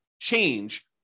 change